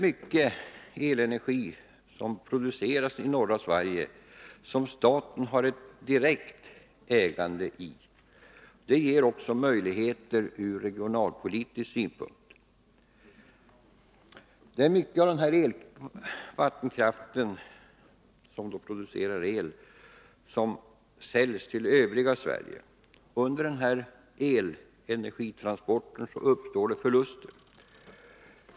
Mycket av elenergin i norra Sverige produceras av företag som ägs av staten. Detta ger möjligheter från regionalpolitisk synpunkt. Mycket av vattenkraften säljs till övriga Sverige. Vid denna elenergitransport uppstår förluster.